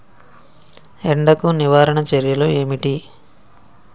ఎండకు నివారణ చర్యలు ఏమిటి?